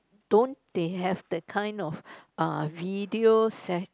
don't they have the kind of uh video se~